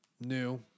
new